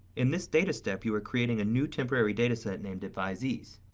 in this data step you are creating a new temporary data set named advisees.